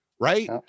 right